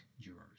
jurors